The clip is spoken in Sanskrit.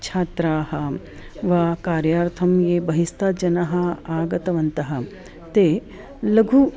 छात्राः वा कार्यार्थं ये बहिस्ताज्जनाः आगतवन्तः ते लघु